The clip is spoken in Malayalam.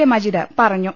എ മജീദ് പറഞ്ഞു